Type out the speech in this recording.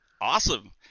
Awesome